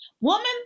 Woman